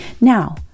Now